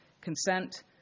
consent